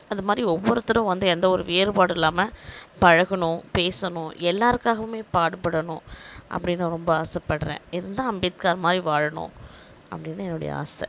அந்தமாதிரி ஒவ்வொருத்தரும் வந்து எந்த ஒரு வேறுபாடு இல்லாமல் பழகணும் பேசணும் எல்லாருக்காகவுமே பாடுபடணும் அப்படின்னு நான் ரொம்ப ஆசப்படறேன் இருந்தால் அம்பேத்கார் மாதிரி வாழணும் அப்படின்னு என்னுடைய ஆசை